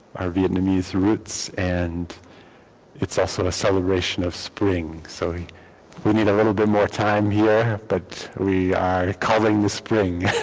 our vietnamese roots. and it's also a celebration of spring, so we need a little bit more time here, but we are calling the spring.